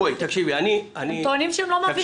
הם טוענים שהם לא מעבירים כסף.